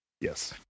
yes